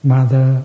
Mother